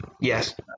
Yes